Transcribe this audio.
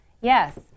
yes